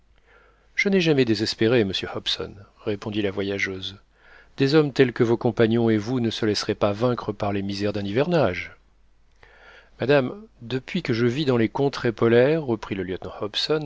je n'ai jamais désespéré monsieur hobson répondit la voyageuse des hommes tels que vos compagnons et vous ne se laisseraient pas vaincre par les misères d'un hivernage madame depuis que je vis dans les contrées polaires reprit le lieutenant